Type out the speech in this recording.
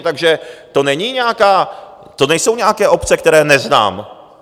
Takže to není nějaká... to nejsou nějaké obce, které neznám.